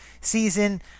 season